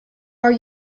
are